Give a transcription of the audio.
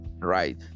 right